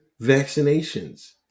vaccinations